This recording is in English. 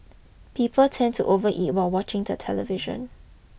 people tend to overeat while watching the television